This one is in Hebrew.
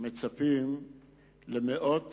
מצפים למאות